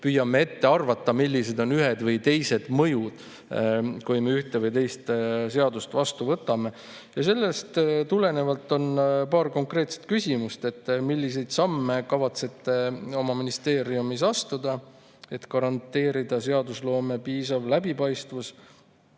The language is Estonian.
kõiki neid asju, millised on ühed või teised mõjud, kui me ühte või teist seadust vastu võtame. Sellest tulenevalt on mul paar konkreetset küsimust. Milliseid samme kavatsete oma ministeeriumis astuda, et garanteerida seadusloome piisav läbipaistvus?